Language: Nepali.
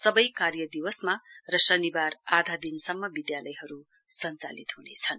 सबै कार्य दिवसमा र शनिबार आधा दिनसम्म विधालयहरू सञ्चालित ह्नेछन्